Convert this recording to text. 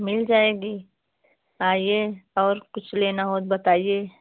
मिल जाएगी आइए और कुछ लेना हो बताइए